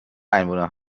einwohner